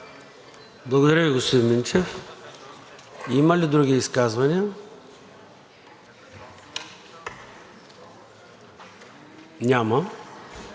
Благодаря Ви, господин Минчев. Има ли други изказвания? Няма.